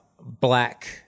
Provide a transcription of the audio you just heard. black